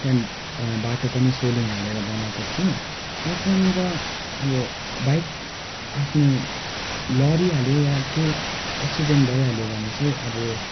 त्यहाँदेखि बाटो पनि सोलिङ हालेर बनाएको थियो र त्यहाँनिर अब बाइक आफ्नो लडिहाल्यो या केही एक्सिडेन्ट भइहाल्यो भने चाहिँ अब